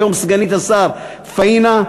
היום סגנית השר פאינה,